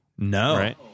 No